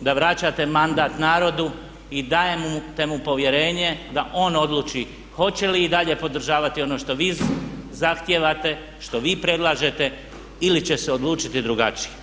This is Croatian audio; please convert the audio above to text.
da vraćate mandat narodu i dajete mu povjerenje da on odluči hoće li i dalje podržavati ono što vi zahtijevate, što vi predlažete ili će se odlučiti drugačije?